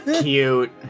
Cute